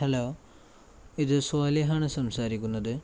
hello ഇത് സോലിഹാണ് സംസാരിക്കുന്നത്